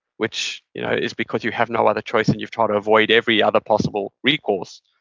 which you know is because you have no other choice and you've tried to avoid every other possible recourse,